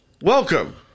welcome